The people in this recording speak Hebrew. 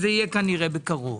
זה יהיה כנראה בקרוב.